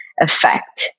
effect